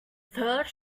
first